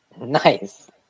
Nice